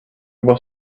was